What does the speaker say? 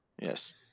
Yes